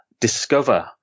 discover